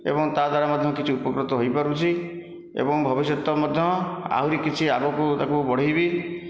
ଏବଂ ତା' ଦ୍ଵାରା ମଧ୍ୟ କିଛି ଉପକୃତ ହୋଇପାରୁଛି ଏବଂ ଭବିଷ୍ୟତ ମଧ୍ୟ ଆହୁରି କିଛି ଆଗକୁ ତାକୁ ବଢ଼େଇବି